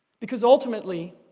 because ultimately,